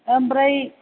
ओमफ्राय